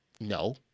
no